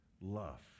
love